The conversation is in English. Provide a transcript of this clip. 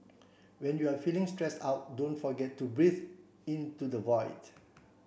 when you are feeling stressed out don't forget to breathe into the void